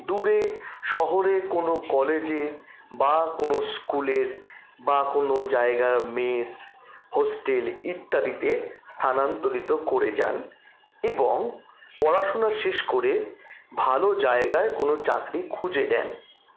দূরে শহরে কোনো কলেজে বা কোনো স্কুলের বা কোনো জায়গার মেস হোস্টেল ইত্যাদিতে স্থানান্তরিত করে যান এবং পড়াশোনা শেষ করে ভালো জায়গায় কোনো চাকরি খুঁজে নেন